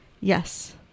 yes